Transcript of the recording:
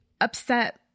upset